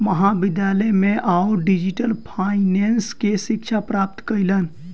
महाविद्यालय में ओ डिजिटल फाइनेंस के शिक्षा प्राप्त कयलैन